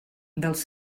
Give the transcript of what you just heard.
dels